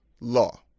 law